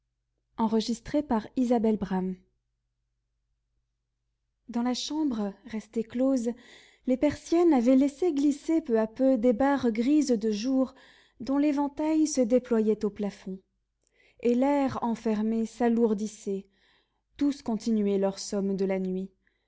dans la chambre restée close les persiennes avaient laissé glisser peu à peu des barres grises de jour dont l'éventail se déployait au plafond et l'air enfermé s'alourdissait tous continuaient leur somme de la nuit